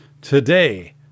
Today